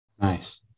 Nice